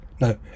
No